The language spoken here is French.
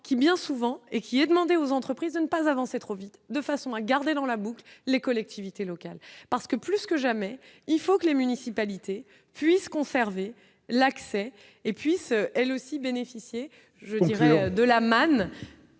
qui, bien souvent, et qui est demandé aux entreprises de ne pas avancer trop vite de façon à garder dans la boucle, les collectivités locales parce que plus que jamais, il faut que les municipalités puissent conserver l'accès et puissent elles aussi bénéficier je dirais de la manne